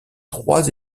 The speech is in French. trois